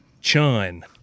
Chun